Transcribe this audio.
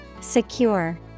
Secure